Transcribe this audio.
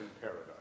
paradise